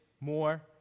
more